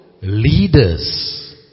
leaders